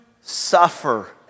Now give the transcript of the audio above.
suffer